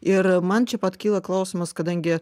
ir man čia pat kyla klausimas kadangi